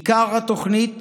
עיקר התוכנית: